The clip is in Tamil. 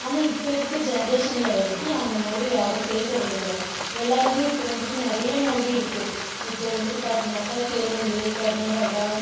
ஆனால் இப்போ இருக்கற ஜென்ரேஷனில் வந்துட்டு அந்தமாதிரி யாரும் பேசுகிறது இல்லை எல்லோருமே இப்போது வந்துட்டு நிறைய மொழி இருக்குது இப்போது வந்துட்டு பார்த்திங்கனாக்கா தெலுங்கு கர்நாடகா